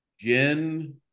jen